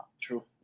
True